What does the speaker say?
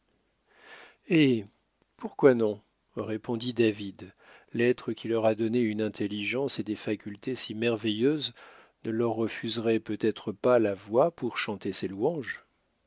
eh pourquoi non répondit david l'être qui leur a donné une intelligence et des facultés si merveilleuses ne leur refuserait peut-être pas la voix pour chanter ses louanges